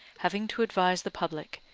having to advise the public,